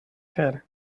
fer